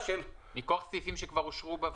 מכוח סעיפים שכבר אושרו בוועדה.